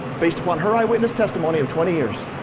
based upon her eye witness testimony of twenty years.